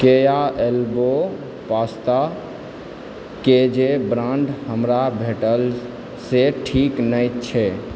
केया elbow pasta के जे brand हमरा भेटल से ठीक नहि छै